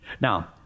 Now